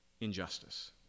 injustice